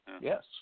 Yes